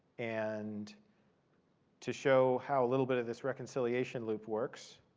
and to show how a little bit of this reconciliation loop works,